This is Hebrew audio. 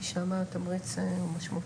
כי שם התמריץ הוא משמעותי.